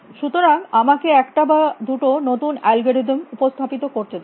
সুতরাং আমাকে একটা বা দুটো নতুন অ্যালগরিদম উপস্থাপিত করতে দাও